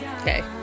Okay